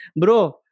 bro